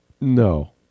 No